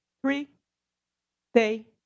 three-day